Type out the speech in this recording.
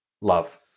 Love